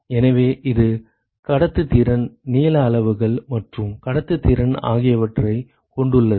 எனவே இது கடத்துத்திறன் நீள அளவுகள் மற்றும் கடத்துத்திறன் ஆகியவற்றைக் கொண்டுள்ளது